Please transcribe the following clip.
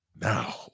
Now